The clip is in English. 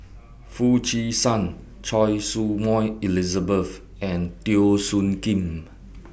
Foo Chee San Choy Su Moi Elizabeth and Teo Soon Kim